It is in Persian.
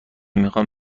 میخوام